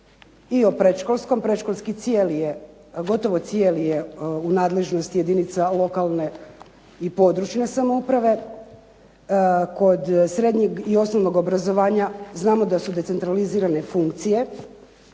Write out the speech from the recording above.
i o predškolskom, predškolski cijeli je, gotovo cijeli je u nadležnosti jedinica lokalne i područne samouprave, kod srednjeg i osnovnog obrazovanja znamo da su decentralizirane funkcije,